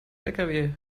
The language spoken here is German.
lkw